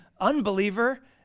unbeliever